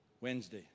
Wednesday